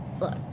Look